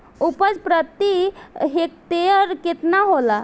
उपज प्रति हेक्टेयर केतना होला?